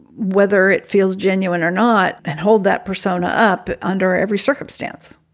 whether it feels genuine or not. and hold that persona up under every circumstance